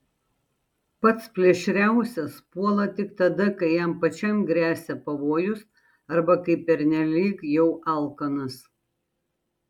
pats plėšriausias puola tik tada kai jam pačiam gresia pavojus arba kai pernelyg jau alkanas